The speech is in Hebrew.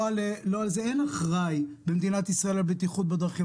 אין אחראי במדינת ישראל על בטיחות בדרכים.